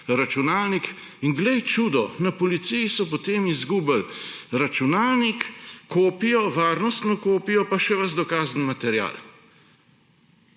računalnik. In glej čudo, na policiji so potem izgubili računalnik, kopijo, varnostno kopijo in še ves dokazni material.